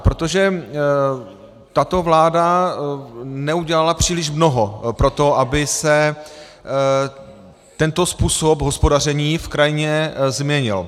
Protože tato vláda neudělala příliš mnoho pro to, aby se tento způsob hospodaření v krajině změnil.